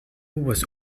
was